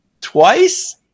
twice